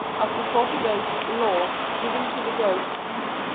after forty days law given to the ghost,